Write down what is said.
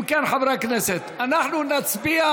אם כן, חברי הכנסת, אנחנו נצביע,